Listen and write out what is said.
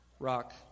Rock